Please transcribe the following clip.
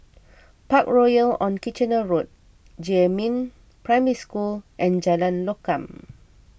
Parkroyal on Kitchener Road Jiemin Primary School and Jalan Lokam